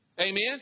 Amen